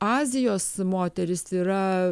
azijos moterys yra